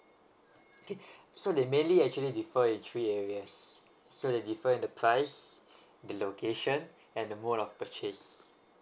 okay so they mainly actually differ in three areas so they differ in the price the location and the mode of purchase